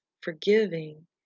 forgiving